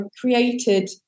created